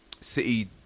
City